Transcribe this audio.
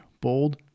bold